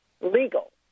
Legal